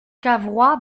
cavrois